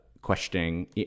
questioning